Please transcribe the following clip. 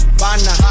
bana